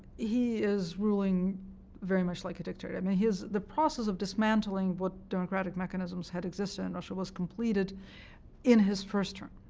he is ruling very much like a dictator. i mean the process of dismantling what democratic mechanisms had existed in russia was completed in his first term,